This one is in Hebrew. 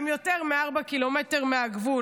הם יותר מ-4 ק"מ מהגבול,